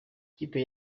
ikipe